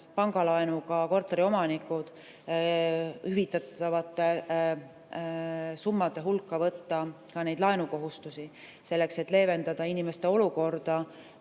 pangalaenuga korteriomanikud, hüvitatavate summade hulka võtta neid laenukohustusi, selleks et leevendada inimeste olukorda,